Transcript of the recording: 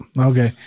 Okay